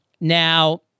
now